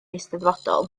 eisteddfodol